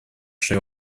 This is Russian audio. шри